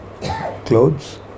clothes